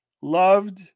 Loved